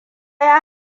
ya